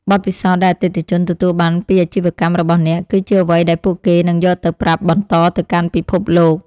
បទពិសោធន៍ដែលអតិថិជនទទួលបានពីអាជីវកម្មរបស់អ្នក គឺជាអ្វីដែលពួកគេនឹងយកទៅប្រាប់បន្តទៅកាន់ពិភពលោក។